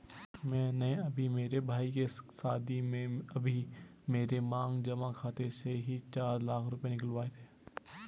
मैंने अभी मेरे भाई के शादी में अभी मेरे मांग जमा खाते से ही चार लाख रुपए निकलवाए थे